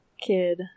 Kid